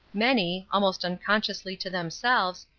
many, almost unconsciously to themselves,